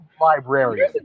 librarian